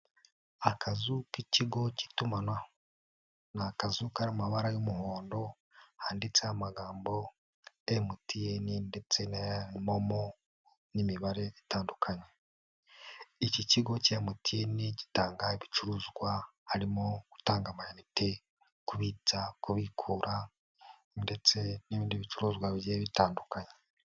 Akazu k'ikigo k'itumanaho, ni akazu kari mu mabara y'umuhondo, handitse amagambo MTN ndetse n'aya Momo n'imibare itandukanye, iki kigo cya MTN gitanga ibicuruzwa harimo gutanga amayinite, kubitsa, kubikura ndetse n'ibindi bicuruzwa bigiye bitandukanye.